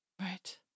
Right